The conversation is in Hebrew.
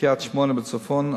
מקריית-שמונה בצפון,